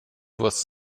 was